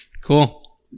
Cool